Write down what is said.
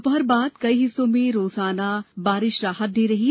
दोपहर बाद कई हिस्सों में रोजाना बारिश राहत दे रही है